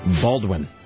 Baldwin